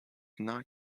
not